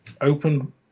open